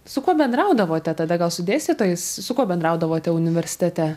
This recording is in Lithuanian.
su kuo bendraudavote tada gal su dėstytojais su kuo bendraudavote universitete